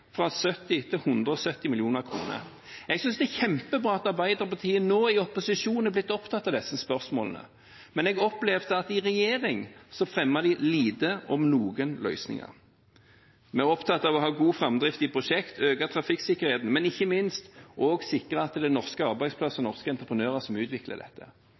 fra 70 til 170 mill. kr. Jeg synes det er kjempebra at Arbeiderpartiet nå, i opposisjon, har blitt opptatt av disse spørsmålene, men jeg opplevde at de i regjering fremmet få, om noen, løsninger. Vi er opptatt av å ha god framdrift i prosjekter og av å øke trafikksikkerheten, men ikke minst også sikre at det er norske arbeidsplasser og norske entreprenører som utvikler dette.